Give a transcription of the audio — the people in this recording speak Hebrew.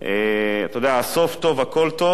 אתה יודע, סוף טוב הכול טוב,